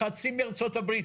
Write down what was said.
חצי מארצות הברית.